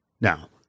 Now